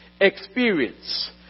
experience